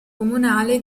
comunale